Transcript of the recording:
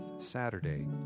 Saturday